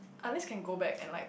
unless can go back and like